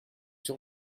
sur